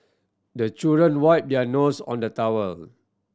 the children wipe their nose on the towel